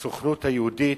הסוכנות היהודית,